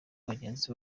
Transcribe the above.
abagenzi